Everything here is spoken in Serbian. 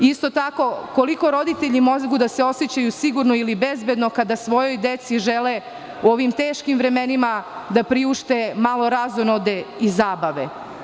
Isto tako, koliko roditelji mogu da se osećaju sigurno ili bezbedno kada svojoj deci žele u ovim teškim vremenima da priušte malo razonode i zabave.